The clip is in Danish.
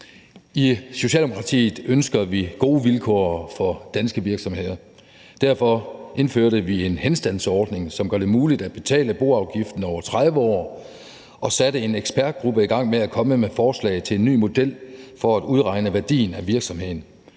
I Socialdemokratiet ønsker vi gode vilkår for danske virksomheder. Derfor indførte vi en henstandsordning, som gør det muligt at betale boafgiften over 30 år, og satte en ekspertgruppe i gang med at komme med forslag til en ny model for at udregne værdien af virksomheden,